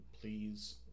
please